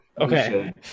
Okay